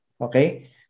Okay